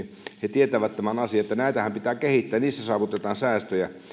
tietävät tämän asian sen että näitähän pitää kehittää niissä saavutetaan säästöjä